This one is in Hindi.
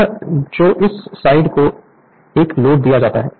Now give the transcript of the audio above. यह जो इस साइड को एक लोड दिया जाता है